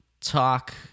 talk